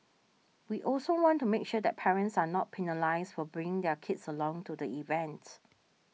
we also want to make sure that parents are not penalised for bringing their kids along to the events